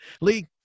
Lee